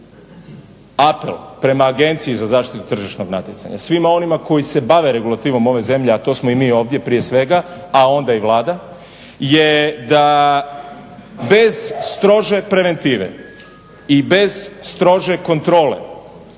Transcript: I prema Agenciji za zaštitu tržišnog natjecanja, svima onima koji se bave regulativom ove zemlje, a to smo i mi ovdje prije svega, a onda i Vlada je da bez strože preventive i bez strože kontrole